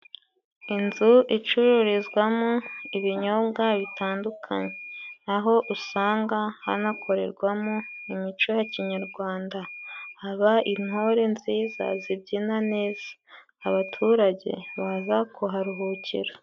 Inzu icururizwamo ibinyobwa bitandukanye aho usanga hanakorerwamo imico ya kinyarwanda haba intore nziza zibyina neza abaturage baza kuharuhukira.